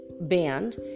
band